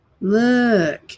Look